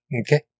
Okay